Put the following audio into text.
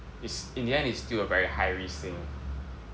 it's in the end is still a very high risk thing